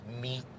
meet